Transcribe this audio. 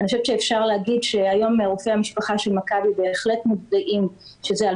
אני חושבת שאפשר להגיד שהיום רופאי המשפחה של מכבי בהחלט מודעים שזה על